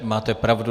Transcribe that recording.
Máte pravdu.